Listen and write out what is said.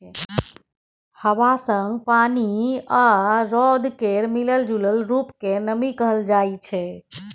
हबा संग पानि आ रौद केर मिलल जूलल रुप केँ नमी कहल जाइ छै